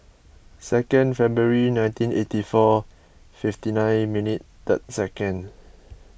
second February nineteen eighty four fifty nine minute third second